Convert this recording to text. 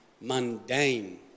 mundane